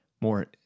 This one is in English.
more